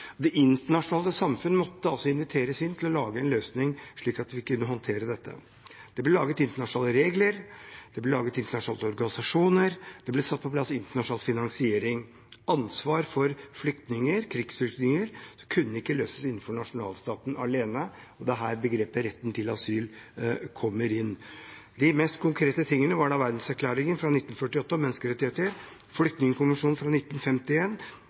Det internasjonale samfunnet måtte inviteres til å lage en løsning, slik at man kunne håndtere dette. Det ble laget internasjonale regler, det ble laget internasjonale organisasjoner, det ble lagt på plass internasjonal finansiering. Ansvaret for krigsflyktninger kunne ikke løses innenfor nasjonalstaten alene. Det er her begrepet retten til asyl kommer inn. De mest konkrete tingene var Verdenserklæringen om menneskerettigheter fra 1948, flyktningkonvensjonen fra 1951, FNs konvensjon om